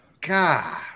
God